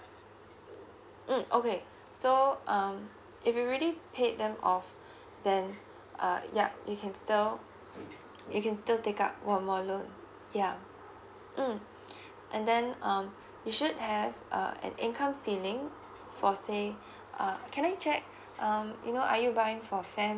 mm okay so um if you really paid them off then uh yup you can still you can still take up one more loan yeah mm and then um you should have uh an income ceiling for say uh can I check um you know are you buying for